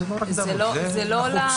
זה מסוכם